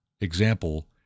example